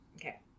Okay